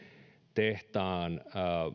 tehtaan